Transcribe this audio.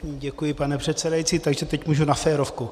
Děkuji, pane předsedající, takže teď můžu na férovku.